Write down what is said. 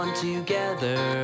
together